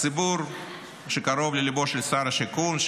הציבור שקרוב לליבו של שר השיכון,